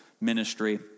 ministry